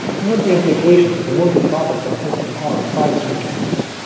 and what the implications of a multi-processing system are on file descriptor handling.